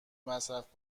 مصرف